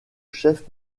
chef